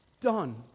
Done